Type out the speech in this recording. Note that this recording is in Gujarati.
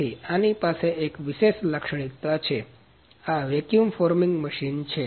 જેથી આની પાસે એક વિષેશ લાક્ષણિકતા છે આ વેક્યૂમ ફોર્મિંગ મશીન છે